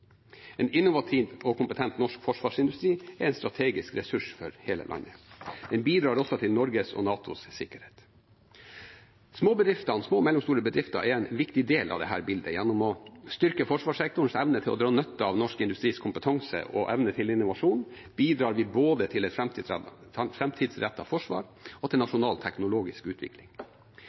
En innovativ og kompetent norsk forsvarsindustri er en strategisk ressurs for hele landet. Den bidrar også til Norges og NATOs sikkerhet. Småbedriftene, små og mellomstore bedrifter, er en viktig del av dette bildet. Gjennom å styrke forsvarssektorens evne til å dra nytte av norsk industris kompetanse og evne til innovasjon bidrar vi både til et framtidsrettet forsvar og til nasjonal teknologisk utvikling.